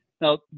Now